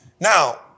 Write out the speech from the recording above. now